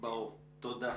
תודה.